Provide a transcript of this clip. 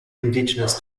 indigenous